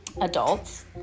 adults